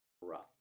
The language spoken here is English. Rough